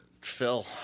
Phil